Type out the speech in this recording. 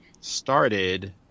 started